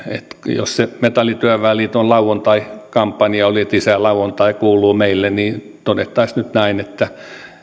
jos se metallityöväen liiton lauantaikampanja oli että isä lauantai kuuluu meille niin todettaisiin nyt näin että